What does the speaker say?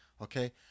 okay